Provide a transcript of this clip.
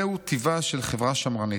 זהו טיבה של חברה שמרנית.